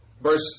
Verse